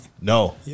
No